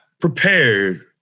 prepared